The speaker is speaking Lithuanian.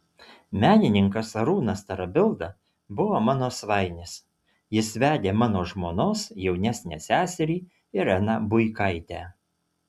menininkas arūnas tarabilda buvo mano svainis jis vedė mano žmonos jaunesnę seserį ireną buikaitę